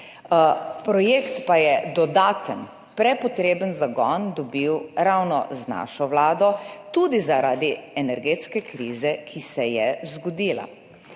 Projekt pa je dodaten, prepotreben zagon dobil ravno z našo vlado, tudi zaradi energetske krize, ki se je zgodila